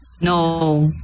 No